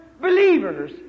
believers